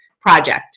project